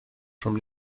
from